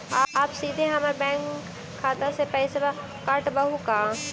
आप सीधे हमर बैंक खाता से पैसवा काटवहु का?